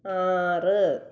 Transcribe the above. ആറ്